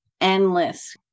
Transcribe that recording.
endless